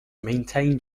maintained